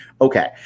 Okay